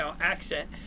accent